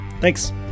Thanks